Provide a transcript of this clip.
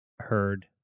Heard